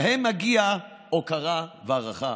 להם מגיעה הוקרה והערכה.